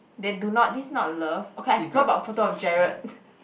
they do not this is not love okay what about a photo of Jarred